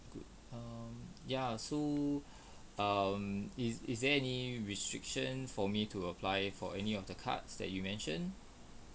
good um ya so um is is there any restriction for me to apply for any of the cards that you mentioned